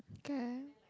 okay